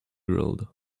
grilled